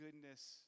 goodness